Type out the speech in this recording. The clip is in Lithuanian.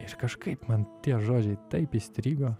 iš kažkaip man tie žodžiai taip įstrigo